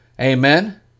Amen